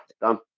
Done